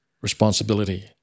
Responsibility